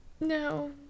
No